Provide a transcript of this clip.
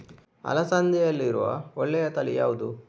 ಅಲಸಂದೆಯಲ್ಲಿರುವ ಒಳ್ಳೆಯ ತಳಿ ಯಾವ್ದು?